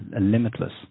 limitless